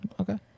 Okay